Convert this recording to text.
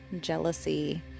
jealousy